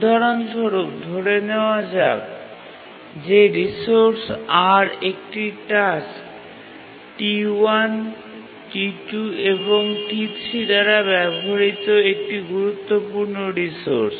উদাহরণস্বরূপ ধরে নেওয়া যাক যে রিসোর্স R একটি টাস্ক T1 T2 এবং T3 দ্বারা ব্যবহৃত একটি গুরুত্বপূর্ণ রিসোর্স